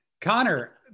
Connor